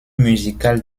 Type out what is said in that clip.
musical